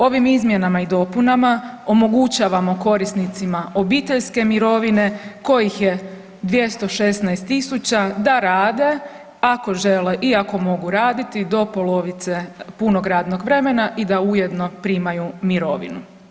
Ovim izmjenama i dopunama omogućavamo korisnicima obiteljske mirovine kojih je 216.000 da rade ako žele i ako mogu raditi do polovice punog radnog vremena i da ujedno primaju mirovinu.